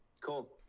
Cool